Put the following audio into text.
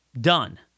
Done